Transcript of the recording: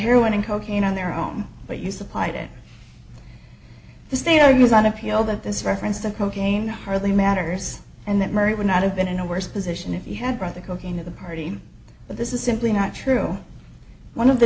heroin and cocaine on their own but you supplied it the stay or use on appeal that this reference to cocaine hardly matters and that murray would not have been in a worse position if he had brought the cocaine at the party but this is simply not true one of the